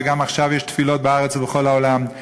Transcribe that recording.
וגם עכשיו יש תפילות בארץ ובכל העולם.